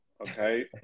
okay